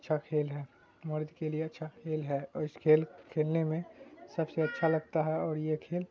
اچھا کھیل ہے مرد کے لیے اچھا کھیل ہے اس کھیل کھیلنے میں سب سے اچھا لگتا ہے اور یہ کھیل